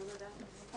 בשעה